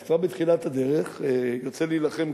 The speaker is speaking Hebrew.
אז כבר בתחילת הדרך הוא יוצא להילחם,